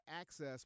access